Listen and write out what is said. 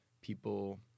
People